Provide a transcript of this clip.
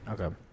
Okay